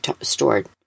stored